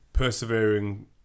Persevering